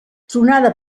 tronada